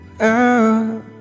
out